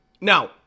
now